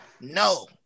No